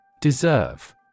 Deserve